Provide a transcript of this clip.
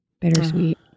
Bittersweet